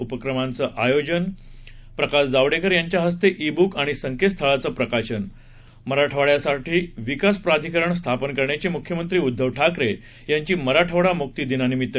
उपक्रमांचं आयोजन प्रकाश जावडेकर यांच्या हस्ते ई बुक आणि संकेतस्थळाचं प्रकाशन मराठवाङ्यासाठी विकास प्राधिकरण स्थापन करण्याची मुख्यमंत्री उद्धव ठाकरे यांची मराठवाडा मुक्ती दिनानिमित्त